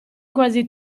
quasi